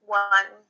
one